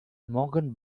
morgan